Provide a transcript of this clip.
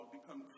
become